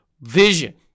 vision